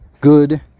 good